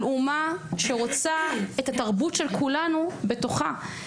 על אומה שרוצה את התרבות של כולנו בתוכה.